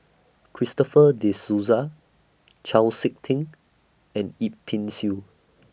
Christopher De Souza Chau Sik Ting and Yip Pin Xiu